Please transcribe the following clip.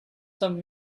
sommes